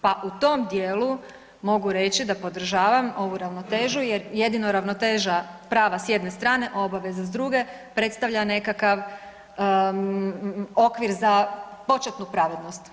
Pa u tom dijelu mogu reći da podržavam ovu ravnotežu jer jedino ravnoteža prava s jedne strane, a obaveza s druge predstavlja nekakav okvir za početnu pravednost.